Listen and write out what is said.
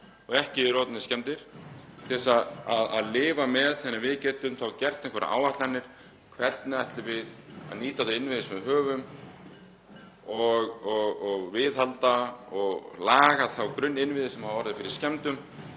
og ekki eru orðnir skemmdir til þess að lifa með þannig að við getum þá gert einhverjar áætlanir? Hvernig ætlum við að nýta þá innviði sem við höfum og viðhalda og laga þá grunninnviði sem hafa orðið fyrir skemmdum